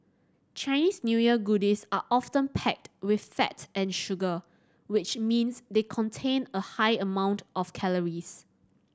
Chinese New Year goodies are often packed with fat and sugar which means they contain a high amount of calories